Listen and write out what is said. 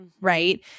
Right